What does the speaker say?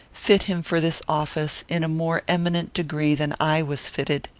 fit him for this office in a more eminent degree than i was fitted.